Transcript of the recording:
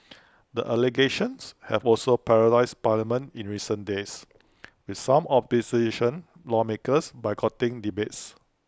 the allegations have also paralysed parliament in recent days with some opposition lawmakers boycotting debates